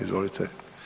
Izvolite.